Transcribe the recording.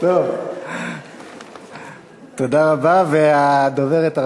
תודה רבה, והדוברת,